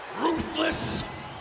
ruthless